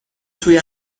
توی